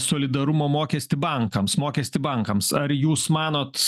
solidarumo mokestį bankams mokestį bankams ar jūs manot